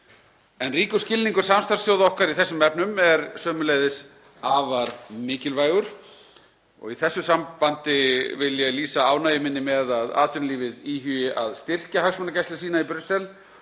En ríkur skilningur samstarfsþjóða okkar í þessum efnum er sömuleiðis afar mikilvægur og í þessu sambandi vil ég lýsa ánægju minni með að atvinnulífið íhugi að styrkja hagsmunagæslu sína í Brussel